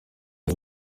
ati